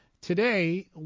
Today